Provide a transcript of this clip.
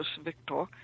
victor